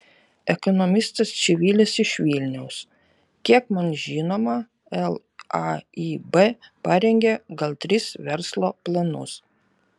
ekonomistas čivilis iš vilniaus kiek man žinoma laib parengė gal tris verslo planus